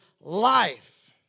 life